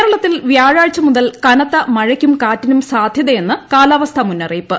കേരളത്തിൽ വ്യാഴാഴ്ച മുതൽ കനത്ത മഴക്കും കാറ്റിനും സാധൃതയെന്ന് കാലാവസ്ഥ മുന്നറിയിപ്പ്